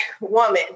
woman